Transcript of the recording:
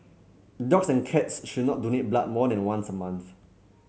dogs and cats should not donate blood more than once a month